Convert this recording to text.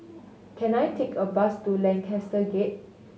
can I take a bus to Lancaster Gate